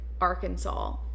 Arkansas